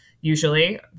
Usually